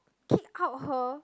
kick out her